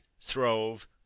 throve